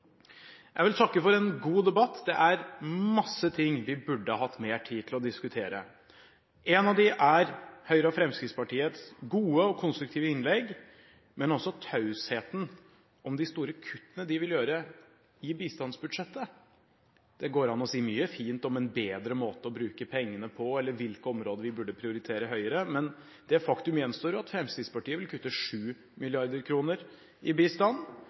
Jeg vil takke for en god debatt. Det er masse ting vi burde hatt mer tid til å diskutere. Én av dem er Høyre og Fremskrittspartiets gode og konstruktive innlegg, men også tausheten om de store kuttene de vil gjøre i bistandsbudsjettet. Det går an å si mye fint om en bedre måte å bruke pengene på eller hvilke områder vi burde prioritere høyere, men det faktum gjenstår at Fremskrittspartiet vil kutte 7 mrd. kr i bistand.